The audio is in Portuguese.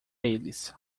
eles